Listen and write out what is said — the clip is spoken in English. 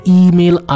email